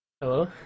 Hello